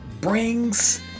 brings